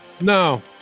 No